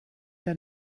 der